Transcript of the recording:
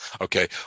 Okay